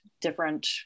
different